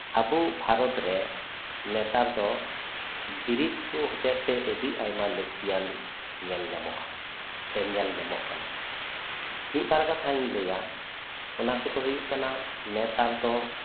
ᱟᱵᱩ ᱵᱷᱟᱨᱚᱛ ᱨᱮ ᱱᱮᱛᱟᱨ ᱫᱚ ᱵᱤᱨᱤᱫ ᱠᱩ ᱦᱚᱛᱮ ᱛᱮ ᱟᱹᱰᱤ ᱟᱭᱢᱟ ᱞᱟᱹᱠᱛᱤᱭᱟᱱ ᱧᱮᱞ ᱧᱟᱢᱚᱜᱼᱟ ᱥᱮ ᱧᱮᱞ ᱧᱟᱢᱚᱜ ᱠᱟᱱᱟ ᱢᱤᱫᱵᱟᱨ ᱠᱟᱛᱷᱟᱧ ᱞᱟᱹᱭᱟ ᱚᱱᱟᱠᱚᱫᱚ ᱦᱩᱭᱩᱜ ᱠᱟᱱᱟ ᱱᱮᱛᱟᱨ ᱫᱚ